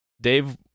Dave